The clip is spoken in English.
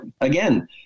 again –